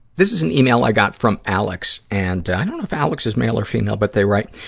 this is an email i got from alex. and, ah, i don't know if alex is male or female, but they write,